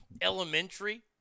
elementary